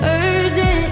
urgent